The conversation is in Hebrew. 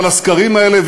אבל הסקרים האלה,